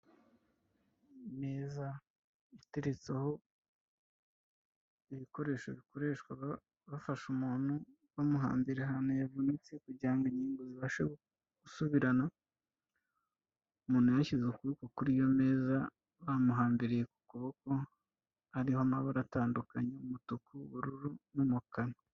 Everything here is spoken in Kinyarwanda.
Neza yateretseho ibikoresho bikoreshwa bafashe umuntu bamuhambira ahantu yavunitse kugira ngo ingingo zibashe gusubirana umuntu yashyize ukuboko kuri iyo meza bamuhambiriye ku kuboko hariho amabara atandukanye umutuku, ubururu n'umukara.